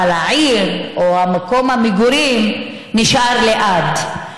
אבל העיר או מקום המגורים נשארים לעד.